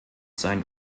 sein